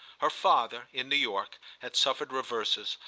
her father, in new york, had suffered reverses,